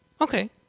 okay